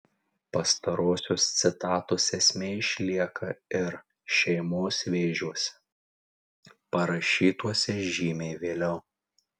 pastarosios citatos esmė išlieka ir šeimos vėžiuose parašytuose žymiai vėliau